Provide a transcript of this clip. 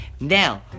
Now